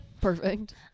Perfect